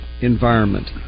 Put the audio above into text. environment